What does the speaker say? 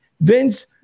Vince